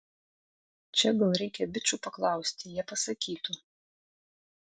čia gal reikia bičų paklausti jie pasakytų